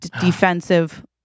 defensive